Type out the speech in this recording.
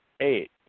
eight